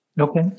Okay